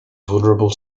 vulnerable